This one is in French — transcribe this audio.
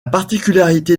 particularité